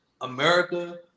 America